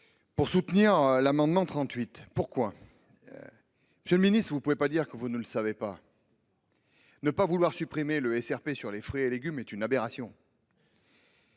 pour soutenir l'amendement n° 38. Monsieur le ministre, vous ne pouvez pas dire que vous ne savez pas : ne pas vouloir supprimer le SRP+10 sur les fruits et légumes est une aberration